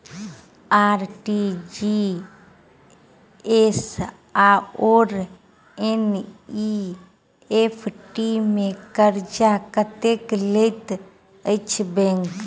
RTGS आओर NEFT मे charge कतेक लैत अछि बैंक?